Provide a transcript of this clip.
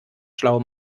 schlau